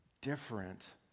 different